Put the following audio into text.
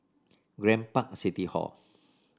Grand Park City Hall